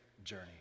journey